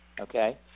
Okay